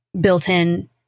built-in